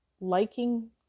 liking